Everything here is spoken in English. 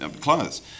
clothes